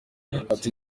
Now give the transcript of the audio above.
ati